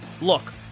Look